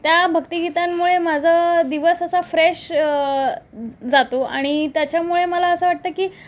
त्या भक्तिगीतांमुळे माझा दिवस असा फ्रेश जातो आणि त्याच्यामुळे मला असं वाटतं की